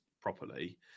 properly